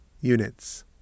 units